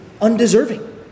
undeserving